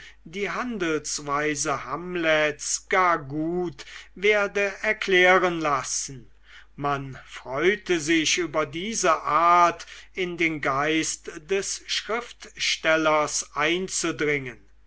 die handelsweise hamlets gar gut werde erklären lassen man freute sich über diese art in den geist des schriftstellers einzudringen